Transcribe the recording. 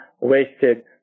wasted